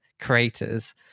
creators